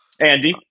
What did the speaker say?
Andy